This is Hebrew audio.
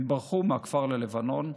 הם ברחו מהכפר ללבנון,